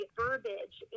verbiage